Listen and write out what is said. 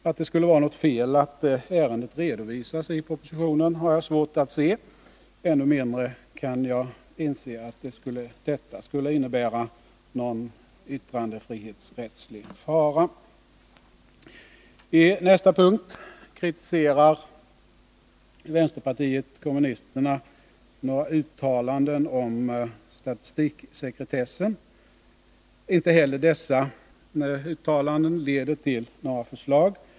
Att det skulle vara något fel att ärendet redovisas i propositionen har jag svårt att se. Ännu mindre kan jag inse att detta skulle innebära någon yttrandefrihetsrättslig fara. I nästa punkt kritiserar vänsterpartiet kommunisterna några uttalanden om statistiksekretessen. Inte heller dessa uttalanden leder till några förslag.